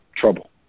trouble